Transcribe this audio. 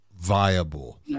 viable